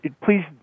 please